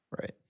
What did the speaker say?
Right